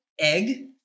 egg